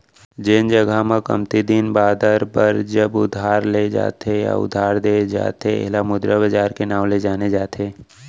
जेन जघा म कमती दिन बादर बर जब उधार ले जाथे या उधार देय जाथे ऐला मुद्रा बजार के नांव ले जाने जाथे